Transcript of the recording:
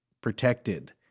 protected